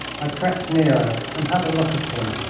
i crept nearer and had a look at him.